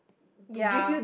yea